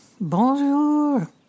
Bonjour